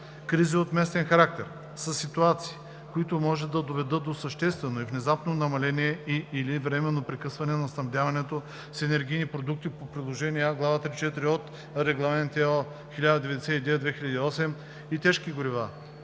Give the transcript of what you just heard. „Кризи от местен характер“ са ситуации, които може да доведат до съществено и внезапно намаляване и/или временно прекъсване на снабдяването с енергийни продукти по приложение А, глава 3.4 от Регламент (ЕО) № 1099/2008 и тежки горива,